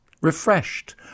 refreshed